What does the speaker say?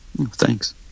Thanks